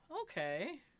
okay